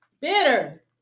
bitter